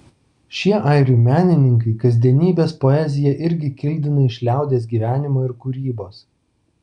šie airių menininkai kasdienybės poeziją irgi kildina iš liaudies gyvenimo ir kūrybos